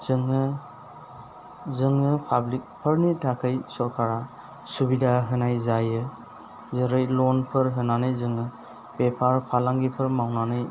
जोङो पाब्लिकफोरनि थाखाय सरखारा सुबिदा होनाय जायो जेरै लनफोर होनानै जोङो बेफार फालांगिफोर मावनानै